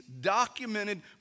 documented